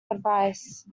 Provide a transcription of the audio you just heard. advice